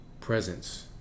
presence